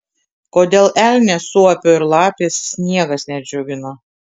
kodėl elnės suopio ir lapės sniegas nedžiugina